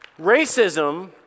Racism